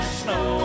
snow